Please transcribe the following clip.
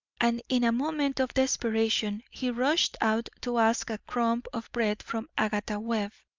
and in a moment of desperation he rushed out to ask a crumb of bread from agatha webb,